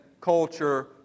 culture